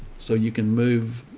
so you can move,